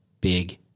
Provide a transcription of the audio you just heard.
big